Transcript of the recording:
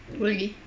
really